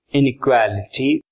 inequality